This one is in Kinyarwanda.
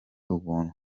ubuntu